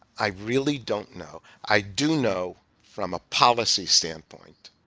i really don't know. i do know from a policy standpoint,